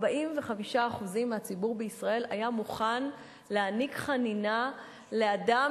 45% מהציבור בישראל היה מוכן להעניק חנינה לאדם